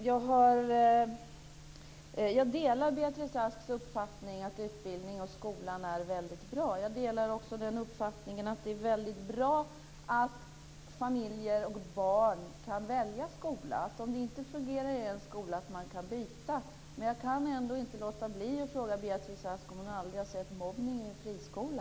Fru talman! Jag delar Beatrice Asks uppfattning att utbildning och skola är väldigt bra. Jag delar också uppfattningen att det är väldigt bra att familjer och barn kan välja skola, att man om det inte fungerar i en skola kan byta. Men jag kan ändå inte låta bli att fråga Beatrice Ask om hon aldrig har sett mobbning i en friskola.